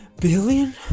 billion